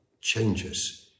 changes